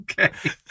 Okay